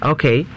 Okay